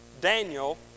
Daniel